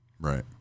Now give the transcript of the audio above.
right